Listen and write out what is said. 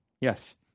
Yes